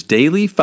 Daily